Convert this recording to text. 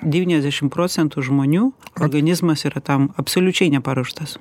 devyniasdešim procentų žmonių organizmas yra tam absoliučiai neparuoštas